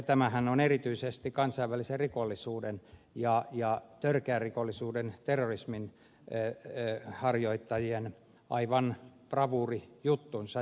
tämähän on erityisesti kansainvälisen rikollisuuden ja törkeän rikollisuuden terrorismin harjoittajien aivan bravuurijuttu